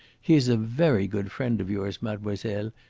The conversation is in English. he is a very good friend of yours, mademoiselle,